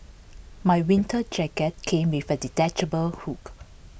my winter jacket came with A detachable hood